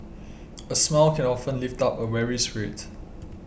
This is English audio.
a smile can often lift up a weary spirit